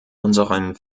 unseren